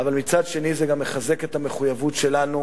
אבל מצד שני זה גם מחזק את המחויבות שלנו